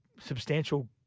substantial